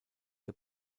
der